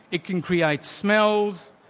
it can create smells.